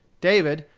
david,